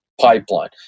pipeline